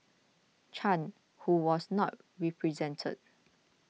Chan who was not represented